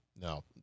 No